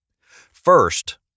first